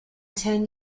ten